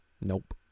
nope